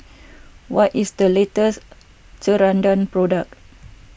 what is the latest Ceradan product